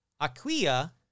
Aquia